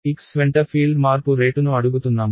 x వెంట field మార్పు రేటును అడుగుతున్నాము